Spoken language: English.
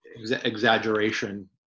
exaggeration